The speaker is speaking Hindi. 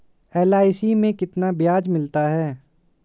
एल.आई.सी में कितना ब्याज मिलता है?